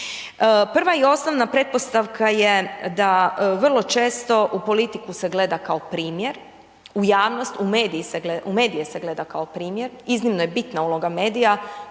prva i osnovna pretpostavka je, da vrlo često, u politiku se gleda kao primjer, u javnost, u medije se gleda kao primjer, iznimno je bitna uloga medija,